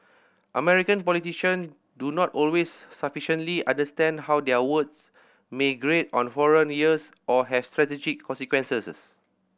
American politician do not always sufficiently understand how their words may grate on foreign ears or have strategic consequences